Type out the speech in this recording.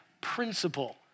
principle